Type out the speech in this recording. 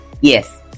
yes